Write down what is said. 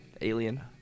alien